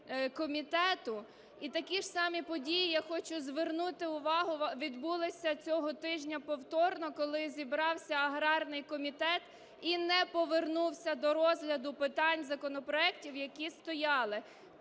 І такі ж самі події, я хочу звернути увагу, відбулися цього тижня повторно, коли зібрався аграрний комітет і не повернувся до розгляду питань законопроектів, які стояли.